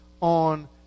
On